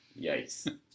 yikes